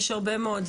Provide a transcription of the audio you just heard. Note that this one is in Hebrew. יש הרבה מאוד,